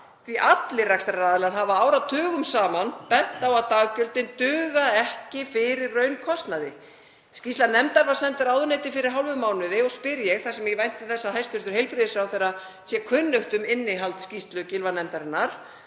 því að allir rekstraraðilar hafa áratugum saman bent á að daggjöldin dugi ekki fyrir raunkostnaði. Skýrsla nefndar var send ráðuneyti fyrir hálfum mánuði og spyr ég, þar sem ég vænti þess að hæstv. heilbrigðisráðherra sé kunnugt um innihald skýrslu Gylfanefndarinnar: